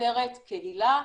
כותרת קהילה,